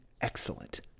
excellent